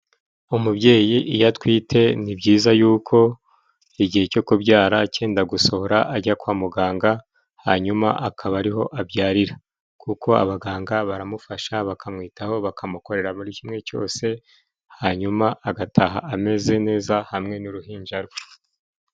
Umubyeyi iyo atwite ni byiza yuko igihe cyo kubyara cyenda gusohora ajya kwa muganga, hanyuma akaba ariho abyarira, kuko abaganga baramufasha bakamwitaho, bakamukorera buri kimwe cyose. Hanyuma agataha ameze neza hamwe n'uruhinja rwe.